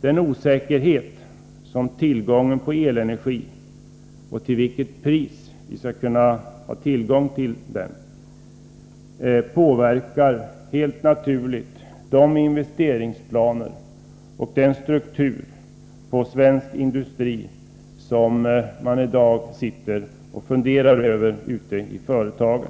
Den osäkerhet som råder beträffande tillgången på elenergi och det pris till vilket vi skall ha tillgång till den påverkar helt naturligt de investeringsplaner och den struktur på svensk industri som man ute i företagen i dag sitter och funderar över.